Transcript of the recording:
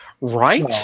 Right